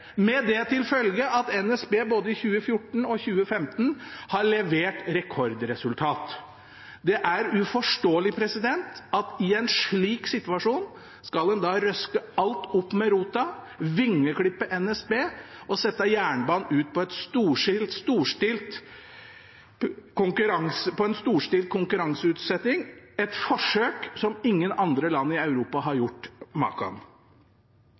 med det til følge at NSB i både 2014 og 2015 har levert rekordresultat. Det er uforståelig at en i en slik situasjon skal røske alt opp med rota, vingeklippe NSB og ha jernbanen ut på en storstilt konkurranseutsetting – et forsøk som ingen andre land i Europa har gjort maken